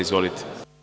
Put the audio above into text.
Izvolite.